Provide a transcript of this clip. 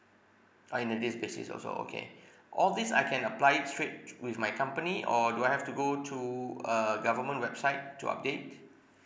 oh in a day's basis also okay all these I can apply it straight thr~ with my company or do I have to go to a government website to update